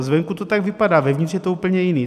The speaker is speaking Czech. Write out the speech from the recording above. Zvenku to tak vypadá, vevnitř je to úplně jiné.